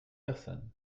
personnes